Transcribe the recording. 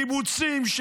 קיבוצים,